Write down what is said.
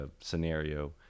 scenario